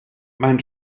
maen